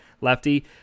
lefty